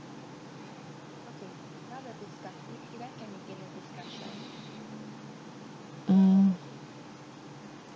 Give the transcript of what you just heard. hmm